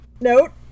note